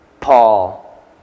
Paul